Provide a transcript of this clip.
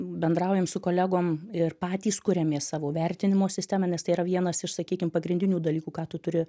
bendraujam su kolegom ir patys kuriamės savo vertinimo sistemą nes tai yra vienas iš sakykim pagrindinių dalykų ką tu turi